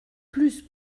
plus